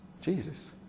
Jesus